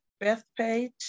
Bethpage